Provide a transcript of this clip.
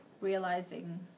realizing